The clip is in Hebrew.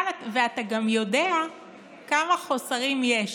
ואתה גם יודע כמה חוסרים יש.